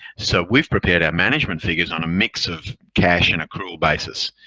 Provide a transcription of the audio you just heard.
so we've prepared our management figures on a mix of cash and accrual basis.